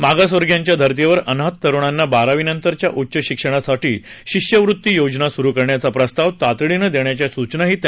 मागासवर्गीयांच्या धर्तीवर अनाथ तरुणांना बारावी नंतरच्या उच्च शिक्षणासाठी शिष्यवृत्ती योजना सुरू करण्याचा प्रस्ताव तातडीनं देण्याच्या सूचनाही त्यांनी यावेळी दिल्या